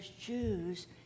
Jews